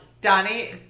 Donnie